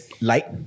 light